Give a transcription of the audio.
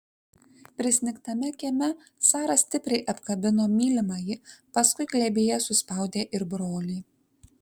prisnigtame kieme sara stipriai apkabino mylimąjį paskui glėbyje suspaudė ir brolį